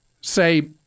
say